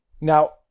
Now